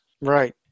Right